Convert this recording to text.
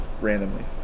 randomly